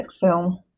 film